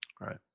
Right